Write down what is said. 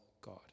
God